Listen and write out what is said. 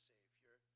Savior